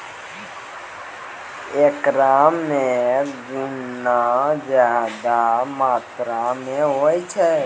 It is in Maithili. एकरा मे गुना ज्यादा मात्रा मे होय छै